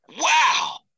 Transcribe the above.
Wow